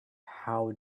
how